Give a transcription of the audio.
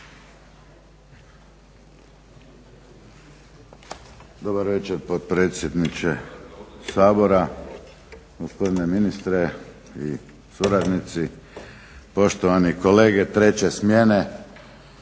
Dobro večer potpredsjedniče Sabora. Gospodine ministre i suradnici, poštovani kolege treće smjene